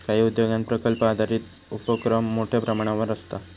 काही उद्योगांत प्रकल्प आधारित उपोक्रम मोठ्यो प्रमाणावर आसता